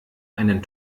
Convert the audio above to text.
einen